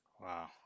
Wow